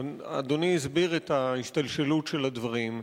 אדוני הסביר את ההשתלשלות של הדברים,